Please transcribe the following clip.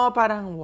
parang